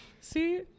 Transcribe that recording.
See